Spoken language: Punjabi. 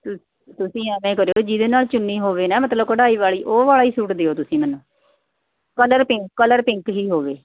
ਤੁ ਤੁਸੀਂ ਐਵੇਂ ਕਰਿਓ ਜਿਹਦੇ ਨਾਲ ਚੁੰਨੀ ਹੋਵੇ ਨਾ ਮਤਲਬ ਕਢਾਈ ਵਾਲੀ ਉਹ ਵਾਲਾ ਹੀ ਸੂਟ ਦਿਓ ਤੁਸੀਂ ਮੈਨੂੰ ਕਲਰ ਪਿੰ ਕਲਰ ਪਿੰਕ ਹੀ ਹੋਵੇ